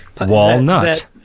Walnut